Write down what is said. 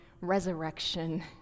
resurrection